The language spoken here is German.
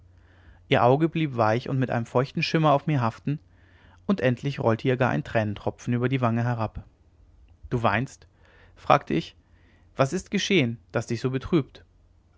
ihr auge blieb weich und mit einem feuchten schimmer auf mir haften und endlich rollte ihr gar ein tränentropfen über die wange herab du weinst fragte ich was ist geschehen das dich so betrübt